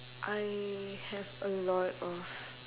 I have a lot of